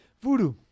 Voodoo